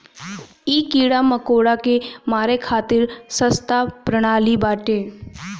इ कीड़ा मकोड़ा के मारे खातिर सस्ता प्रणाली बाटे